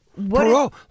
Perot